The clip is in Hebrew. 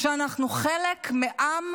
שאנחנו חלק מעם